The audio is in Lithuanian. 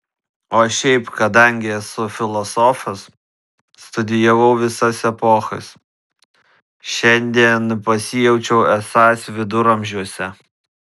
o šiaip kadangi esu filosofas studijavau visas epochas šiandien pasijaučiau esąs viduramžiuose